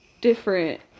different